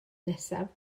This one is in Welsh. nesaf